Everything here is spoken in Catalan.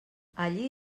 allí